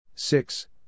Six